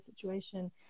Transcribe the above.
situation